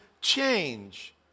change